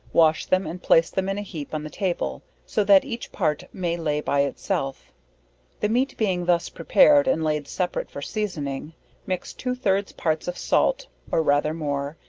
wash them and place them in a heap on the table, so that each part may lay by itself the meat being thus prepared and laid separate for seasoning mix two third parts of salt or rather more,